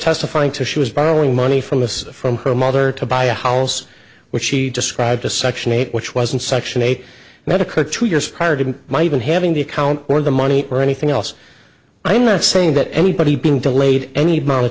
testifying to she was borrowing money from us from her mother to buy a house which she described to section eight which was in section eight medicare two years prior to my even having the account or the money or anything else i am not saying that anybody being delayed any bonnet